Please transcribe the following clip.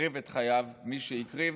הקריב את חייו מי שהקריב.